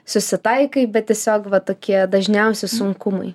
susitaikai bet tiesiog va tokie dažniausi sunkumai